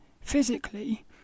physically